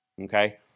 Okay